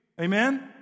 Amen